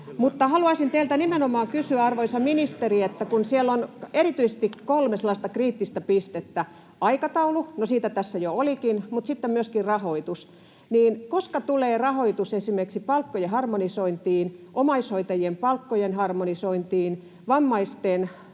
Haluaisin teiltä nimenomaan kysyä, arvoisa ministeri, kun siellä on erityisesti kolme sellaista kriittistä pistettä eli aikataulu, no siitä tässä jo olikin, mutta sitten myöskin rahoitus: Milloin tulee rahoitus esimerkiksi palkkojen harmonisointiin, omaishoitajien palkkioiden harmonisointiin ja vammaisten